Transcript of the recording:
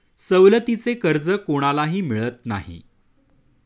सवलतीचे कर्ज कोणालाही मिळत नाही